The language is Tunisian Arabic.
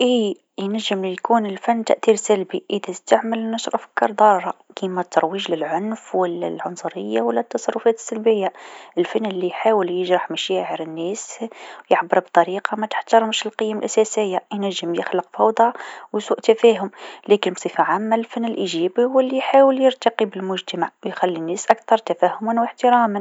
نعم، يمكن للفن يكون عنده تأثير سلبي. بعض الأعمال الفنية ممكن تعزز أفكار سلبية، مثل العنف أو التمييز. زادة، إذا كان الفن يتم استغلاله لأغراض سياسية أو تجارية، ينجم يساهم في نشر الكراهية أو الفوضى، ويؤثر سلباً على القيم.